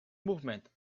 movement